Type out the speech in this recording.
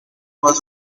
was